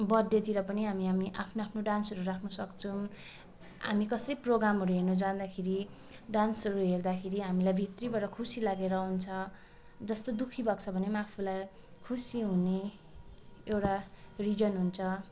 बर्थडेतिर पनि हामी हामी आफ्नो आफ्नो डान्सहरू राख्नसक्छौँ हामी कसै प्रोग्रामहरू हेर्नुजाँदाखेरि डान्सहरू हेर्दाखेरि हामीलाई भित्रैबाट खुसी लागेर आउँछ जस्तै दुःखी भएको छ भने पनि आफूलाई खुसी हुने एउटा रिजन हुन्छ